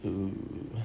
you